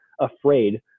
afraid